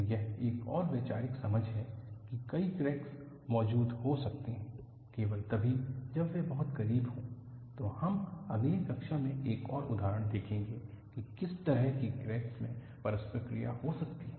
तो यह एक और वैचारिक समझ है कि कई क्रैक्स मौजूद हो सकते हैं केवल तभी जब वे बहुत करीब हों तो हम अगली कक्षा में एक और उदाहरण देखेंगे कि किस तरह के क्रैक में परस्पर क्रिया हो सकती है